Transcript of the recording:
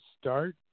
start